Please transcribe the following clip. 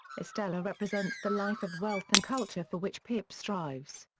estella represents the life of wealth and culture for which pip strives.